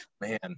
Man